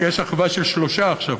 יש אחווה של שלושה עכשיו,